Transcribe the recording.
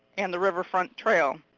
and the riverfront trail,